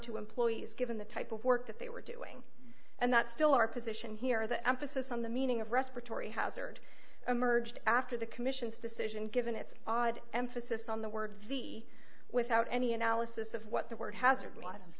to employees given the type of work that they were doing and that still our position here the emphasis on the meaning of respiratory hazard emerged after the commission's decision given its odd emphasis on the word v without any analysis of what the word hazard